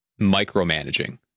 micromanaging